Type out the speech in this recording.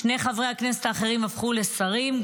שני חברי הכנסת האחרים הפכו לשרים,